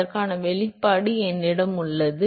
அதற்கான வெளிப்பாடு என்னிடம் உள்ளது